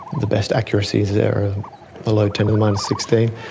the best accuracy there are below ten um um sixteen.